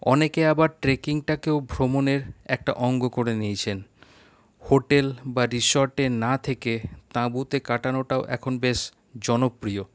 অনেকে আবার ট্র্যাকিং টাকেও ভ্রমণের একটা অঙ্গ করে নিয়েছেন হোটেল বা রিসোর্টে না থেকে তাঁবুতে কাটানোটাও এখন বেশ জনপ্রিয়